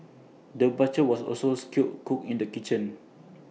the butcher was also A skilled cook in the kitchen